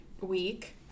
week